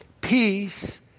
peace